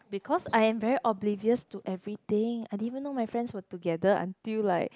because I am very oblivious to everything I didn't even know my friends were together until like